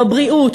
בבריאות,